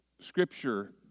Scripture